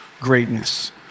greatness